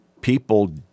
people